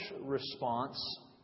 response